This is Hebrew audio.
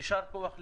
יישר כוח לכולם.